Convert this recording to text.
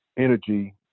Energy